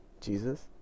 Jesus